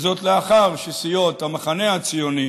וזאת לאחר שסיעות המחנה הציוני